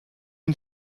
une